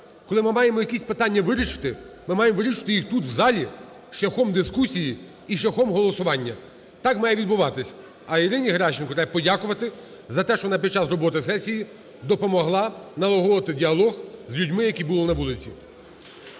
коли ми маємо якісь питання вирішити, ми маємо вирішувати тут в залі шляхом дискусії і шляхом голосування, так має відбуватися. А Ірині Геращенко треба подякувати за те, що вона під час роботи сесії допомогла налагодити діалог з людьми, які були на вулиці.